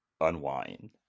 unwind